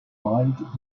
wild